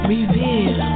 Reveal